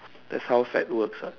that's how fad works ah